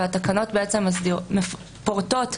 והתקנות פורטות